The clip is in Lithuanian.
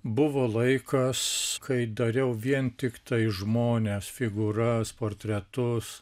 buvo laikas kai dariau vien tiktai žmones figūras portretus